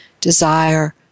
desire